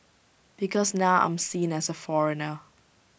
because now I'm seen as A foreigner